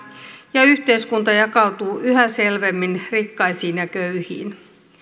ja yhteiskunta jakautuu yhä selvemmin rikkaisiin ja köyhiin